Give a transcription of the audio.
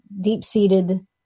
deep-seated